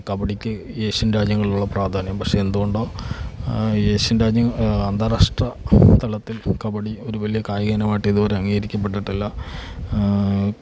കബഡിക്ക് Asian രാജ്യങ്ങളിൽ ഉള്ള പ്രാധാന്യം പക്ഷേ എന്തുകൊണ്ടോ ഏഷ്യൻ രാജ്യ അന്താരാഷ്ട്ര തലത്തിൽ കബഡി ഒരു വലിയ കായിക ഇനമായിട്ട് ഇതുവരെ അംഗീകരിക്കപ്പെട്ടിട്ടില്ല